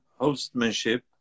hostmanship